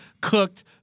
cooked